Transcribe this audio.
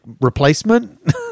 replacement